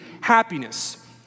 happiness